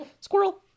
Squirrel